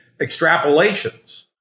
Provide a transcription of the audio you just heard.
extrapolations